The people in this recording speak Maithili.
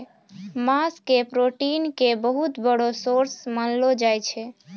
मांस के प्रोटीन के बहुत बड़ो सोर्स मानलो जाय छै